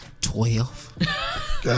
Twelve